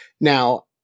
Now